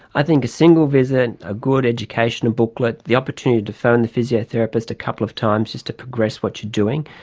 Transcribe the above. i think a single visit, a good educational booklet, the opportunity to phone the physiotherapist a couple of times just to progress what you are doing,